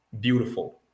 Beautiful